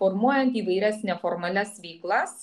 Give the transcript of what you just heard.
formuojant įvairias neformalias veiklas